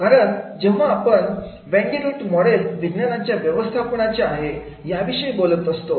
कारण जेव्हा आपण वेंडी रूट मॉडेल विज्ञानाच्या व्यवस्थापनाच्या आहे याविषयी बोलत असतो